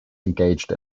engaged